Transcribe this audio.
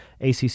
ACC